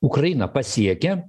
ukrainą pasiekia